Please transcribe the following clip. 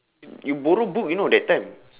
you borrow book you know that time